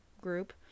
group